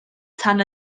tan